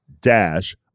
dash